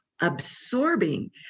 absorbing